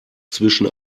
zwischen